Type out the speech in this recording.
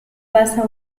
pasa